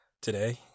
today